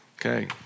Okay